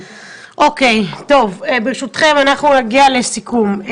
ברשותם אנחנו נגיע לסיכום.